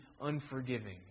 unforgiving